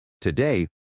Today